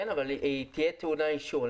כן, אבל היא תהיה טעונה אישור.